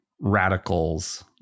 radicals